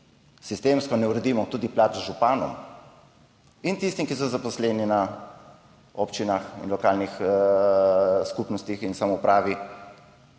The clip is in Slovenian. sistemsko ne uredimo tudi plač županom in tistim, ki so zaposleni na občinah in lokalnih skupnostih in samoupravi,